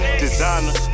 designer